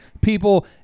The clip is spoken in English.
people